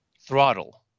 Throttle